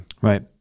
Right